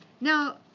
Now